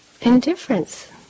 indifference